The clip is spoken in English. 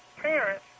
parents